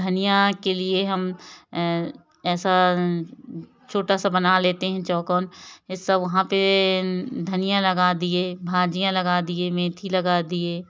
धनिया के लिए हम ऐसा छोटा सा बना लेते हैं चौकोर ऐसा वहाँ पे धनिया लगा दिए भाजियां लगा दिए मेथी लगा दिए